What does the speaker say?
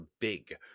big